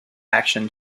action